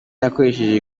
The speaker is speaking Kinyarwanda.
yakoresheje